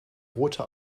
rote